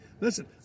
Listen